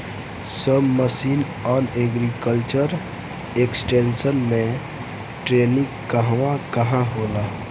सब mission on agriculture extension मै टेरेनीं कहवा कहा होला?